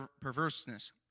perverseness